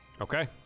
Okay